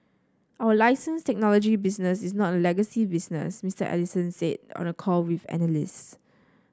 our license technology business is not a legacy business Mister Ellison said on a call with analysts